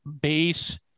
base